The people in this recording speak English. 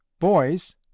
Boys